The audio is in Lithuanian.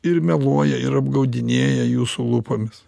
ir meluoja ir apgaudinėja jūsų lūpomis